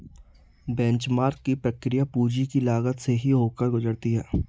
benchmark की प्रक्रिया पूंजी की लागत से ही होकर गुजरती है